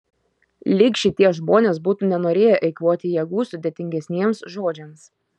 lyg šitie žmonės būtų nenorėję eikvoti jėgų sudėtingesniems žodžiams